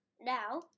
Now